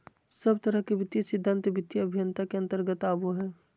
सब तरह के वित्तीय सिद्धान्त वित्तीय अभयन्ता के अन्तर्गत आवो हय